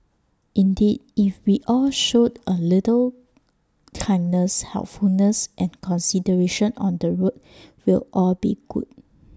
indeed if we all showed A little kindness helpfulness and consideration on the road we'll all be good